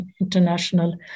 International